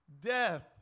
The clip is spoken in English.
death